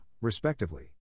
respectively